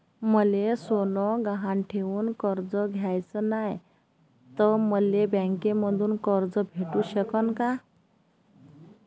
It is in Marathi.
मले सोनं गहान ठेवून कर्ज घ्याचं नाय, त मले बँकेमधून कर्ज भेटू शकन का?